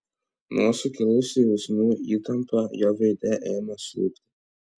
nuo sukilusių jausmų įtampa jo veide ėmė slūgti